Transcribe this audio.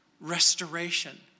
Restoration